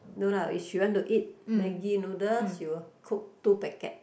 no lah if she want to eat Maggi noodle she will cook two packet